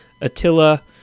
Attila